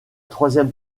troisième